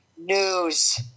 News